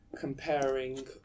comparing